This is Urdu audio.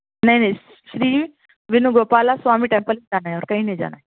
نہیں نہیں سِری وینوگوپالہ سوامی ٹیمپل جانا ہے اور کہیں نہیں جانا ہے